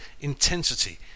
intensity